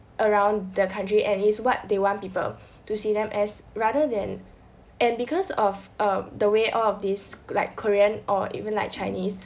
around the country and it is what they want people to see them as rather than and because of um the way all of this like korean or even like chinese